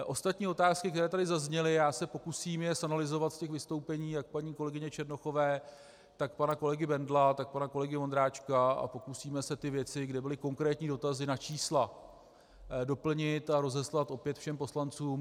Ostatní otázky, které tady zazněly, já se pokusím je zanalyzovat z těch vystoupení jak paní kolegyně Černochové, tak pana kolegy Bendla, tak pana kolegy Ondráčka a pokusíme se ty věci, kde byly konkrétní dotazy na čísla, doplnit a rozeslat opět všem poslancům.